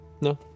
No